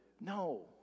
No